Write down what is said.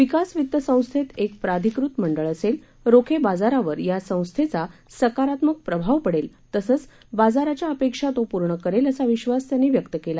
विकास वित्त संस्थेत एक प्राधिकृत मंडळ असेल रोखे बाजारावर या संस्थेचा सकारात्मक प्रभाव पडेल तसंच बाजाराच्या अपेक्षा तो पूर्ण करेल असा विब्वास त्यांनी व्यक्त केला